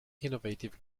innovative